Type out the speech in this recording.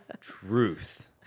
truth